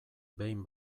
behin